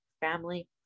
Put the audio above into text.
family